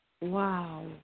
Wow